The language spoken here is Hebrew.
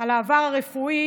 על העבר הרפואי,